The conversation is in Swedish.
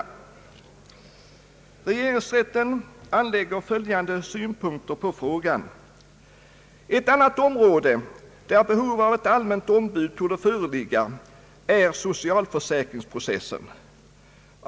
Regeringsrätten anlägger «följande synpunkter på frågan: »Ett annat område, där behov av ett allmänt ombud torde föreligga, är socialförsäkrings processen.